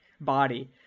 body